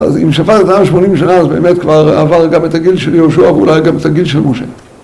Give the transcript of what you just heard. אז אם שפר את העם 80 שנה אז באמת כבר עבר גם את הגיל של יהושע אולי גם את הגיל של משה